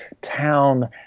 town